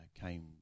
came